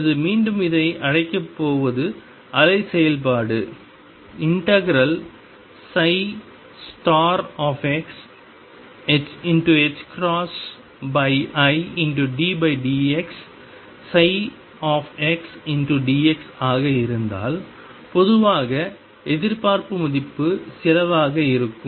அல்லது மீண்டும் இதை அழைக்கப் போவது அலை செயல்பாடு ∫iddxψ dx ஆக இருந்தால் பொதுவாக எதிர்பார்ப்பு மதிப்பு சிலவாக இருக்கும்